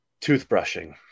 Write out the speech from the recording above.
toothbrushing